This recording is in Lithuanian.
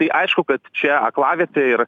tai aišku kad čia aklavietė ir